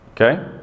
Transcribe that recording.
okay